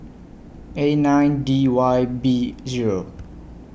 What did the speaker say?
A nine D Y B Zero